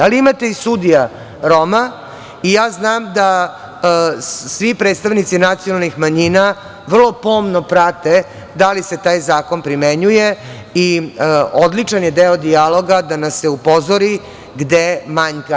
Ali, imate i sudija Roma i ja znam da svi predstavnici nacionalnih manjina vrlo pomno prate da li se taj zakon primenjuje i odličan je deo dijaloga da nas upozori gde manjka.